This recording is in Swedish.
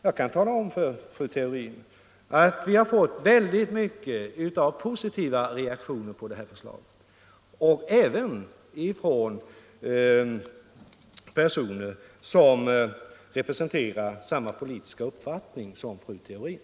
Jag kan tala om för fru Theorin att vi har fått väldigt många positiva reaktioner på förslaget, även från personer som representerar samma politiska uppfattning som fru Theorin.